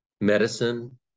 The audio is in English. medicine